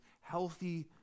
healthy